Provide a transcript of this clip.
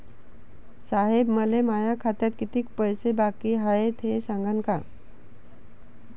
साहेब, मले माया खात्यात कितीक पैसे बाकी हाय, ते सांगान का?